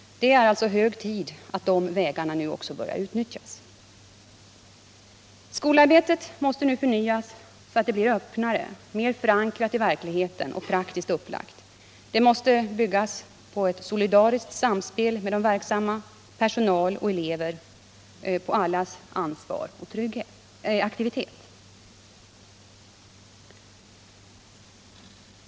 Det är alltså hög tid att de vägarna mer allmänt börjar utnyttjas. Skolarbetet måste nu förnyas så att det blir öppnare, mer förankrat i verkligheten och praktiskt upplagt. Det måste bygga på ett solidariskt samspel mellan de verksamma — personal och elever — på allas ansvar och aktivitet.